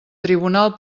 tribunal